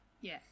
Yes